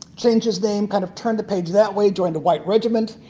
change his name, kind of turn the page that way during the white regiment.